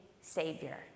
Savior